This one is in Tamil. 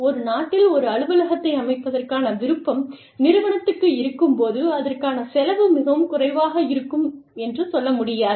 ஒரு நாட்டில் ஒரு அலுவலகத்தை அமைப்பதற்கான விருப்பம் நிறுவனத்துக்கு இருக்கும்போது அதற்கான செலவு மிகவும் குறைவாக இருக்கும் சொல்ல முடியாது